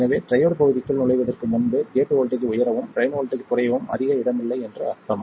எனவே ட்ரையோட் பகுதிக்குள் நுழைவதற்கு முன்பு கேட் வோல்ட்டேஜ் உயரவும் ட்ரைன் வோல்ட்டேஜ் குறையவும் அதிக இடமில்லை என்று அர்த்தம்